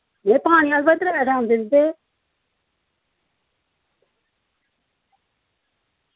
एह् पानी अस भई त्रै टैम दिंदे रेह्